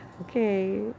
Okay